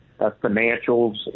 financials